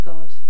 God